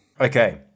Okay